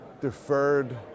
deferred